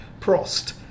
Prost